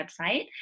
website